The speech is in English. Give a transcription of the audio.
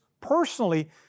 personally